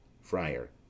Friar